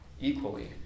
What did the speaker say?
equally